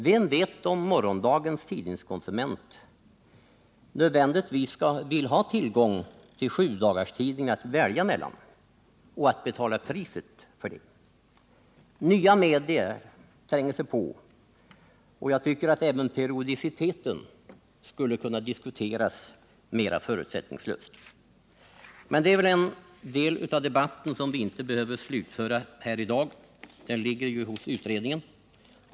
Vem vet om morgondagens tidningskonsument nödvändigtvis vill ha tillgång till sjudagarstidningar att välja mellan och betala priset för det? Nya media tränger sig på, och jag tycker att även periodiciteten borde kunna diskuteras mera förutsättningslöst. Men den delen av debatten behöver vi inte slutföra i dag; den ligger ju hos utredningen.